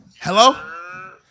Hello